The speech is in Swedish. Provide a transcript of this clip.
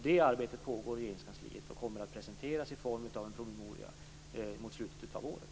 Det arbetet pågår i Regeringskansliet och kommer att presenteras i form av en promemoria mot slutet av året.